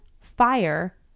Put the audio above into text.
fire